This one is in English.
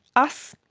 us,